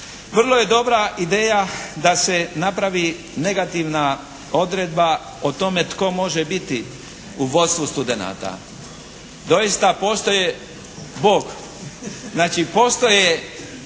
Vrlo je dobra ideja da se napravi negativna odredba o tome tko može biti u vodstvu studenata. Doista postoje studenti profesionalci.